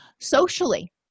Socially